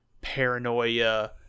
paranoia